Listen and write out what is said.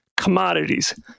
commodities